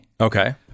Okay